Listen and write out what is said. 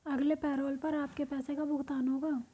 अगले पैरोल पर आपके पैसे का भुगतान होगा